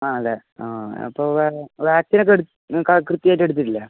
ആണല്ലേ ആ അപ്പോള് വാക്സിനൊക്കെ നിങ്ങള്ക്കു കൃത്യമായിട്ട് എടുത്തിട്ടില്ലേ